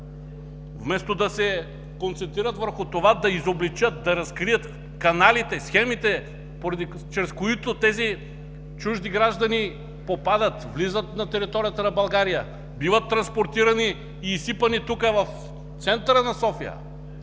Вместо да се концентрират върху това да изобличат, да разкрият каналите, схемите, чрез които тези чужди граждани влизат на територията на България, биват транспортирани и изсипани тук в центъра на София,